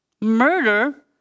Murder